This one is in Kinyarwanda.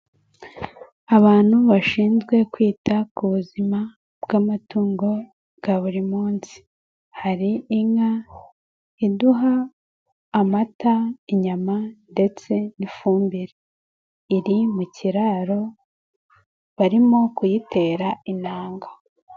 abantu bashinzwe kwita ku buzima bw'amatungo bwa buri munsi, hari inka iduha amata, inyama ndetse n'ifumbire, iri mu kiraro barimo kuyitera intanga.